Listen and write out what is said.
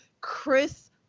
Chris